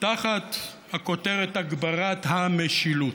תחת הכותרת: הגברת המשילות.